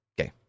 Okay